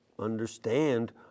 understand